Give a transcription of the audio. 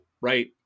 right